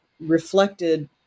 reflected